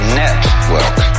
network